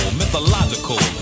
mythological